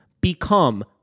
become